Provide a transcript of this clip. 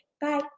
bye